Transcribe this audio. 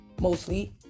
Mostly